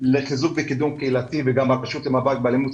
לחיזוק וקידום קהילתי וגם הרשות למאבק באלימות,